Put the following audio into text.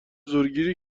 زورگیری